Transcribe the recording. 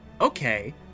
Okay